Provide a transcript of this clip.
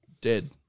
dead